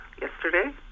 yesterday